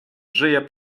żyje